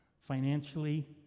financially